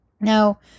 Now